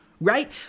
Right